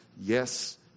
yes